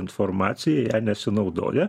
informaciją ja nesinaudoja